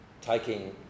taking